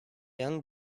young